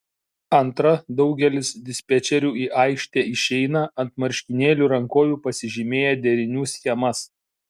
antra daugelis dispečerių į aikštę išeina ant marškinėlių rankovių pasižymėję derinių schemas